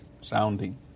sounding